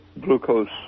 glucose